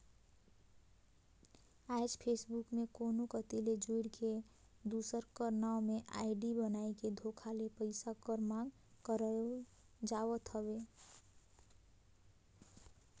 आएज फेसबुक में कोनो कती ले जुइड़ के, दूसर कर नांव में आईडी बनाए के धोखा ले पइसा कर मांग करई जावत हवे